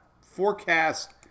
forecast